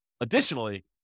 additionally